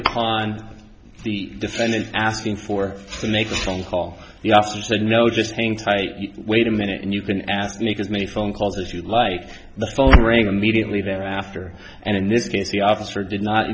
upon the defendant asking for to make a phone call the office said no just hang tight wait a minute and you can ask because many phone calls as you like the phone ring immediately thereafter and in this case the officer did not